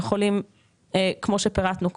כמו שפירטנו קודם,